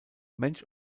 mensch